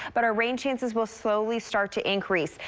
but our rain chances will slowly start to increase.